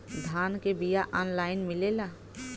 धान के बिया ऑनलाइन मिलेला?